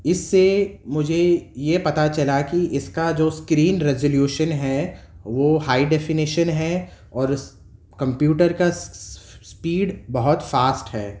اس سے مجھے یہ پتہ چلا کہ اس کا جو اسکرین ریزولیوشن ہے وہ ہائی ڈیفینیشن ہے اور اس کمپوٹر کا اسپیڈ بہت فاسٹ ہے